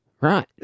Right